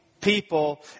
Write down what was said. people